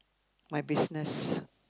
my business